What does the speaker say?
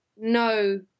No